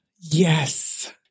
yes